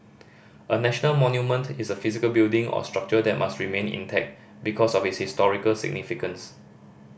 a national monument is a physical building or structure that must remain intact because of its historical significance